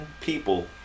people